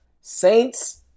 Saints